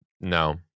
No